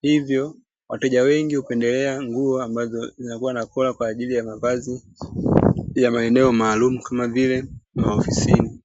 hivyo wateja wengi hupendelea nguo ambazo zinakuwa na kola kwa ajili ya mavazi ya maeneo maalumu kama vile ofisini.